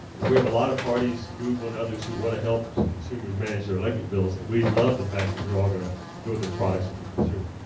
we have a lot of parties, google and others who want to help consumers manage their electric bills. and we love the fact that they are all going to throw their products at the consumer.